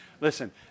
Listen